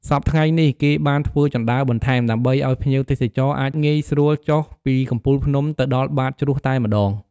សព្វថ្ងៃនេះគេបានធ្វើជណ្ដើរបន្ថែម ដើម្បីអោយភ្ញៀវទេសចរអាចងាយស្រួលចុះពីកំពូលភ្នំទៅដល់បាតជ្រោះតែម្ដង។